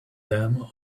them